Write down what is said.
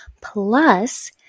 Plus